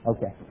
Okay